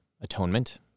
atonement